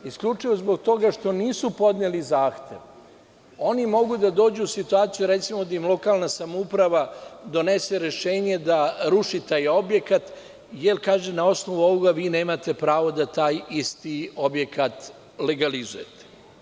Isključivo zbog toga što nisu podneli zahtev, oni mogu da dođu u situaciju, recimo, da im lokalna samouprava donese rešenje da ruši taj objekat, jer na osnovu ovoga vi nemate pravo da taj isti objekat legalizujete.